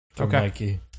Okay